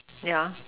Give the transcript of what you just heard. ya